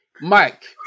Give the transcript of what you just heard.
mike